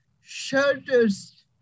shelters